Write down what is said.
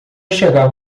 chegar